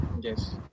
yes